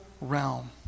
realm